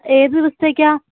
ഏത് ദിവസത്തേക്കാണ്